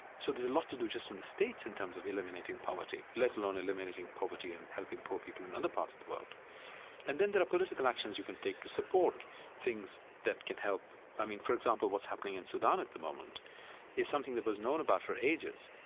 so there's a lot to do just in the states in terms of eliminating poverty, let alone eliminating poverty and helping poor people in other parts of the world and then there are political actions you can take to support things that can help. i mean, for example, what's happening in sudan at the moment is something that was known about for ages,